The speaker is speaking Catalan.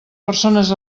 persones